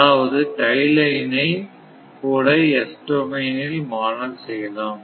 அதாவது tie line ஐ கூட s டொமைன் ல் மாடல் செய்யலாம்